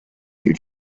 you